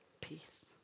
peace